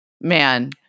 man